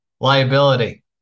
Liability